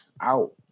out